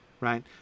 right